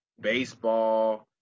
baseball